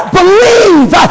believe